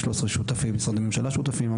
שלושה עשר משרדי ממשלה שותפים,